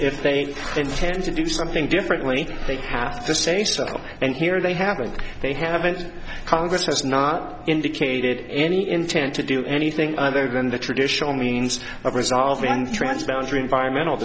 if they intend to do something differently they have to say still and here they haven't they haven't congress has not indicated any intent to do anything other than the traditional means of resolving transparency environmental